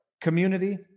Community